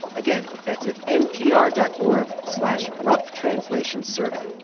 again, that's at npr dot org slash roughtranslationsurvey.